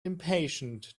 impatient